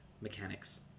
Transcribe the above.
Mechanics